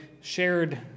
shared